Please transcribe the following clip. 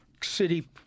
City